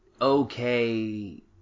okay